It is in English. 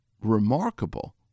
remarkable